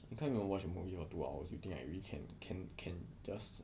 you can't even watch a movie for two hours you think I really can can can just